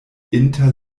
inter